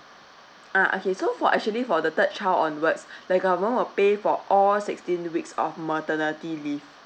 ah okay so for actually for the third child onwards the government will pay for all sixteen weeks of maternity leave